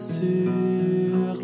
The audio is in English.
sur